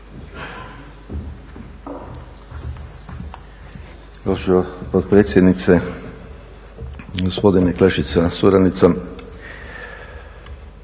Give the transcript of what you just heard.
Hvala vam